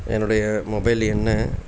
என்னுடைய மொபைல் எண்